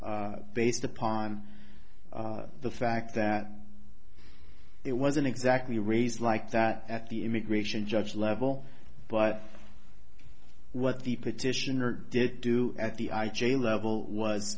based upon the fact that it wasn't exactly raised like that at the immigration judge level but what the petitioner didn't do at the i j a level was